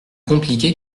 compliqué